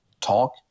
talk